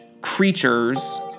creatures